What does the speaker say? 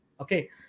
okay